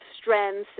strengths